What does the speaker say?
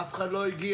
אף אחד לא הגיע.